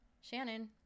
Shannon